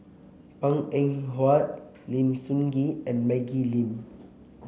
Png Eng Huat Lim Sun Gee and Maggie Lim